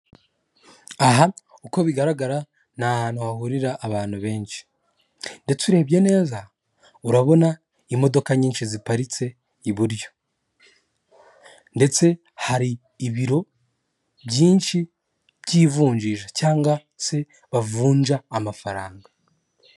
Aha uko bigaragara ni ahantu hahurira abantu benshi, ndetse urebye neza urabona imodoka nyinshi ziparitse iburyo ndetse hari ibiro byinshi by'ivunjisha cyangwa se bavunja amafaranga.